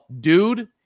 dude